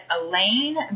Elaine